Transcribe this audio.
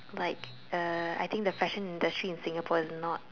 like uh I think the fashion industry in Singapore is not